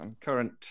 current